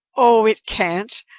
oh, it can't,